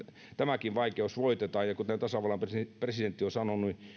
tämäkin vaikeus voitetaan kuten tasavallan presidentti on sanonut